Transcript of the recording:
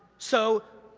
so,